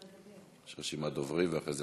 יש רשימת דוברים, ואחרי זה,